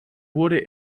wurde